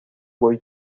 voy